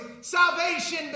Salvation